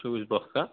चोवीस बॉक्स का